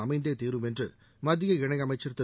அமைந்தே தீரும் என்று மத்திய இணையமைச்சர் திரு